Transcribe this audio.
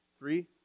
Three